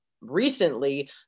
recently